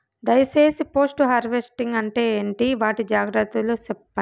దయ సేసి post harvesting అంటే ఏంటి? వాటి జాగ్రత్తలు సెప్పండి?